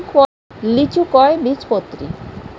লিচু কয় বীজপত্রী?